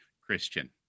Christian